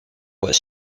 was